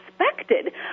expected